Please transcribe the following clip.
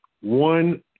one